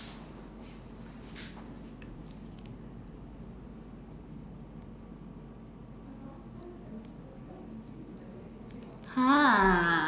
!huh!